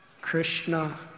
Krishna